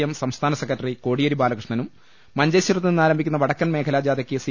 M സംസ്ഥാന secretary Kodiyeri ബാലകൃ ഷ്ണനും മഞ്ചേശ്വരത്തുനിന്നാരംഭിക്കുന്ന വടക്കൻ മേഖലാ ജാഥയ്ക്ക് സി